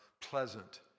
pleasant